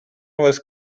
was